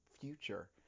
future